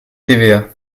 tva